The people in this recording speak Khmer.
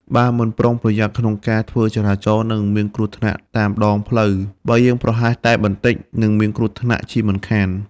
បើមិនប្រុងប្រយ័ត្នក្នុងការធ្វើចរាចរនឹងមានគ្រោះថ្នាក់តាមដងផ្លូវ បើយើងប្រហែសតែបន្តិចនិងមានគ្រោះថ្នាក់ជាមិនខាន។